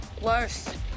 worse